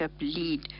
lead